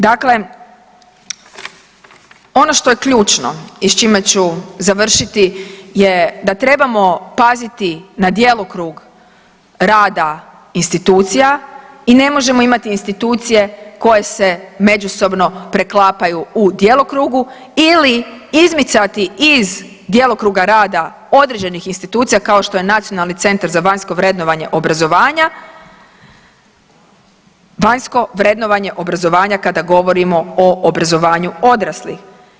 Dakle, ono što je ključno i s čime ću završiti je da trebamo paziti na djelokrug rada institucija i ne možemo imati institucije koje se međusobno preklapaju u djelokrugu ili izmicati iz djelokruga rada određenih institucija kao što je Nacionalni centar za vanjsko vrednovanje obrazovanja, vanjsko vrednovanje obrazovanja kada govorimo o obrazovanju odraslih.